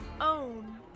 own